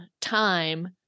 Time